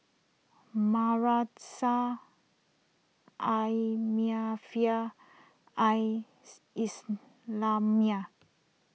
Madrasah Al Maarif Al Islamiah